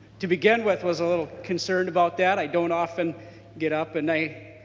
to begin with was a little concerned about that. i don't often get up and i